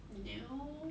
no